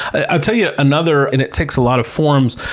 i'll tell you another, and it takes a lot of forms,